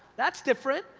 that's different!